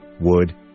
wood